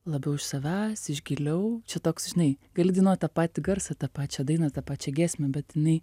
labiau iš savęs iš giliau čia toks žinai gali dainuot tą patį garsą tą pačią dainą tą pačią giesmę bet jinai